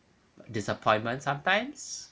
disappointment sometimes